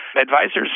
advisors